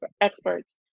experts